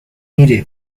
mire